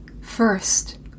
First